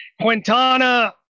Quintana